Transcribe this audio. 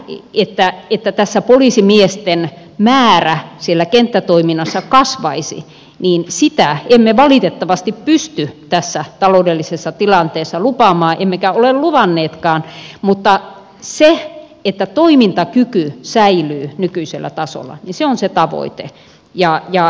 sitä että tässä poliisimiesten määrä siellä kenttätoiminnassa kasvaisi emme valitettavasti pysty tässä taloudellisessa tilanteessa lupaamaan emmekä ole luvanneetkaan mutta se että toimintakyky säilyy nykyisellä tasolla on se tavoite